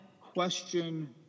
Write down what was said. question